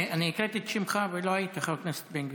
הקראתי את שמך ולא היית, חבר הכנסת בן גביר,